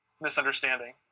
misunderstanding